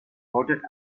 bolted